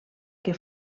que